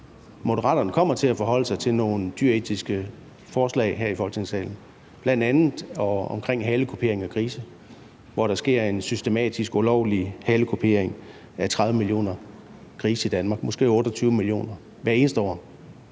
Moderaterne kommer til at forholde sig til nogle dyreetiske forslag her i Folketingssalen, bl.a. omkring halekupering af grise, hvor der sker en systematisk ulovlig halekupering af måske 28 millioner grise i Danmark hvert eneste år.